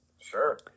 Sure